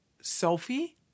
Sophie